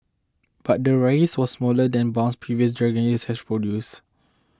but the rise was smaller than bounce previous Dragon years has produce